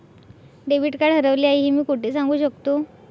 Debit card हरवले आहे हे मी कोठे सांगू शकतो?